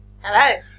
Hello